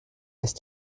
ist